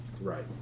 right